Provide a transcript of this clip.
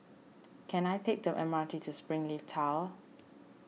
can I take the M R T to Springleaf Tower